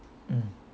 mm